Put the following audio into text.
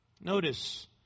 Notice